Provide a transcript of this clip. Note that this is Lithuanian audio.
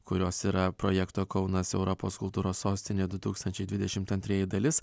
kurios yra projekto kaunas europos kultūros sostinė du tūkstančiai dvidešim antrieji dalis